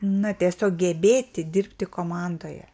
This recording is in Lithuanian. na tiesiog gebėti dirbti komandoje